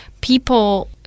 people